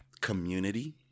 community